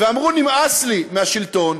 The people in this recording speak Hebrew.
ואמרו: נמאס לי מהשלטון,